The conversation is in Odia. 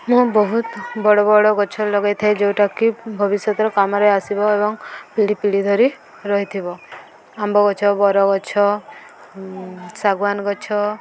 ମୁଁ ବହୁତ ବଡ଼ ବଡ଼ ଗଛ ଲଗେଇଥାଏ ଯୋଉଟାକି ଭବିଷ୍ୟତର କାମରେ ଆସିବ ଏବଂ ପୀଢ଼ି ପୀଢ଼ି ଧରି ରହିଥିବ ଆମ୍ବ ଗଛ ବରଗଛ ଶାଗୁଆନ ଗଛ